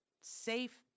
Safe